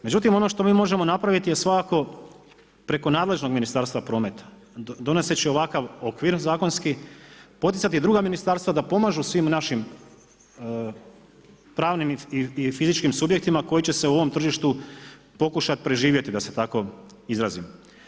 Međutim ono što mi možemo napraviti je svakako preko nadležnog Ministarstva prometa, donoseći ovakav okvir zakonski, poticati druga ministarstva da pomažu svim našim pravnim i fizičkim subjektima koji će se u ovom tržištu pokušat preživjeti, da se tako izrazim.